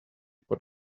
but